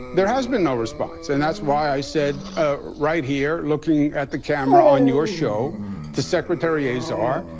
there has been no response. and that's why i said ah right here looking at the camera on your show to secretary azar,